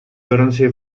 gorącej